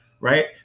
Right